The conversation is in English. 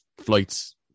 flights